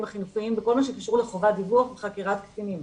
החינוכיים בכל מה שקשור לחובת דיווח וחקירת קטינים.